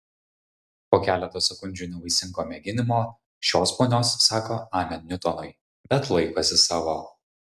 po keleto sekundžių nevaisingo mėginimo šios ponios sako amen niutonui bet laikosi savo